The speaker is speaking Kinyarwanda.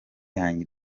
yanjye